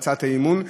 בהצעת האי-אמון,